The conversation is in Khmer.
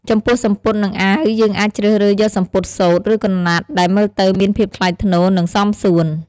ចំពោះសំពត់ និងអាវយើងអាចជ្រើសរើសយកសំពត់សូត្រ ឬក្រណាត់ដែលមើលទៅមានភាពថ្លៃថ្នូរនិងសមសួន។